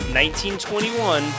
1921